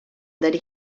that